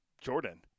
Jordan